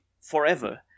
forever